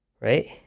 right